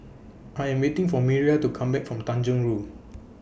I Am waiting For Miriah to Come Back from Tanjong Rhu